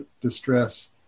distress